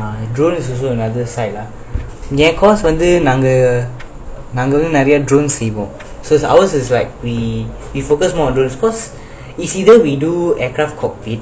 ah drone is also another side lah என்:en cause வந்து நாங்க நாங்க வந்து நிறைய:vanthu nanga nanga vanthu neraiya drone செய்வோம்:seivom so ours is like we we focus more on drones cause is either we do aircraft cockpit